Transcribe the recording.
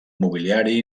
mobiliari